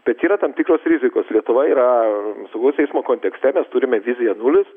bet yra tam tikros rizikos lietuva yra saugaus eismo kontekste mes turime viziją nulis